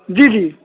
جی جی